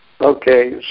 Okay